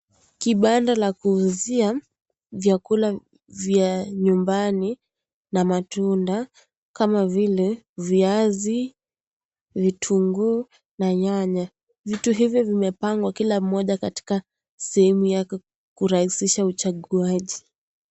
Kibanda la kuuzia vyakula vya nyumbani na matunda kama vile viazi, vitunguu na nyanya. Vitu hivyo vimepangwa kila mmoja katika sehemu yake kurahisisha uchaguaji.